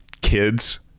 kids